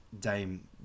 Dame